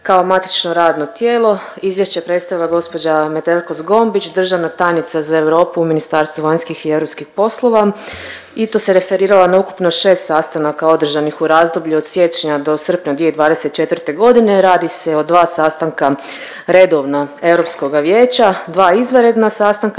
kao matično radno tijelo, izvješće je predstavila gospođa Metelko Zgombić državna tajnica za Europu u MVEP-u i to se referirala na ukupno šest sastanaka održanih u razdoblju od siječnja do srpnja 2024.g.. Radi se o dva sastanka redovna Europskoga vijeća, dva izvanredna sastanka